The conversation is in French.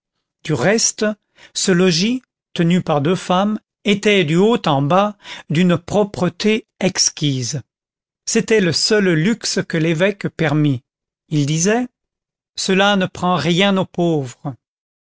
du reste ce logis tenu par deux femmes était du haut en bas d'une propreté exquise c'était le seul luxe que l'évêque permit il disait cela ne prend rien aux pauvres